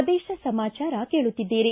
ಪ್ರದೇಶ ಸಮಾಚಾರ ಕೇಳುತ್ತಿದ್ದೀರಿ